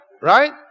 Right